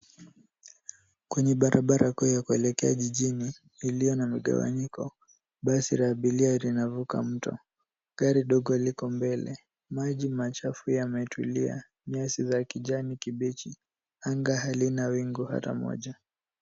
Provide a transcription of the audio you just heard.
Kwenye barabara kuu ya kuelekea jijini iliyo na migawanyiko. Basi la abiria linavuka mto. Gari dogo liko mbele. Maji machafu yametulia, nyasi za kijani kibichi, anga halina wingu hata moja.